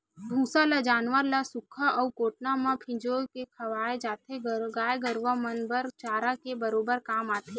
भूसा ल जानवर ल सुख्खा अउ कोटना म फिंजो के खवाय जाथे, गाय गरुवा मन बर चारा के बरोबर काम आथे